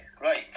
right